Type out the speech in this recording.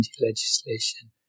legislation